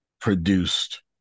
produced